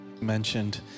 mentioned